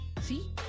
See